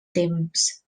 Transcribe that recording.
temps